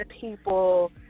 people